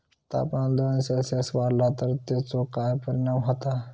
तापमान दोन सेल्सिअस वाढला तर तेचो काय परिणाम होता?